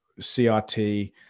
CRT